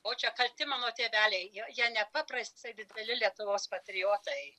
o čia kalti mano tėveliai jo jie nepaprastai dideli lietuvos patriotai